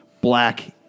black